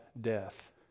death